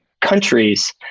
countries